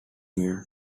muur